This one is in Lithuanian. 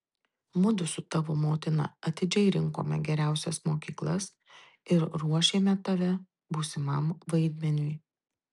mudu su tavo motina atidžiai rinkome geriausias mokyklas ir ruošėme tave būsimam vaidmeniui